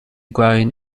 grown